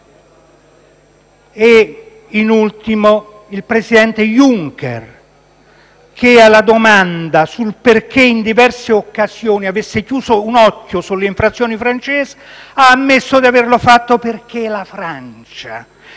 In ultimo, il presidente Juncker, alla domanda sul perché in diverse occasioni avesse chiuso un occhio sulle infrazioni francesi, ha ammesso di averlo fatto perché è la Francia,